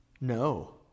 No